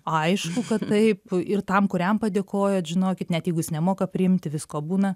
aišku kad taip ir tam kuriam padėkojot žinokit net jeigu jis nemoka priimti visko būna